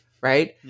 right